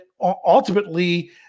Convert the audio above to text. ultimately